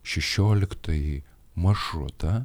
šešioliktąjį maršrutą